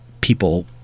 people